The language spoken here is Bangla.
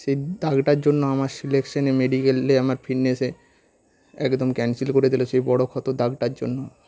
সেই দাগটার জন্য আমার সিলেকশানে মেডিক্যালে আমার ফিটনেসে একদম ক্যান্সেল করে দিল সেই বড়ো ক্ষত দাগটার জন্য